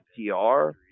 FTR